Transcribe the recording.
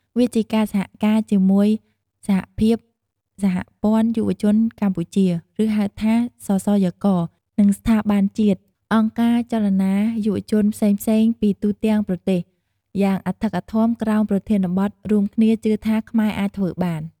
វាជាការសហការជាមួយសហភាពសហព័ន្ធយុវជនកម្ពុជា ឬហៅថា សសយក និងស្ថាប័នជាតិ អង្គការ ចលនាយុវជនផ្សេងៗពីទូទាំងប្រទេស យ៉ាងអធិកអធមក្រោមប្រធានបទ «រួមគ្នាជឿថាខ្មែរអាចធ្វើបាន» ។